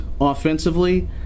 offensively